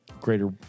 greater